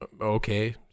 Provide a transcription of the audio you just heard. okay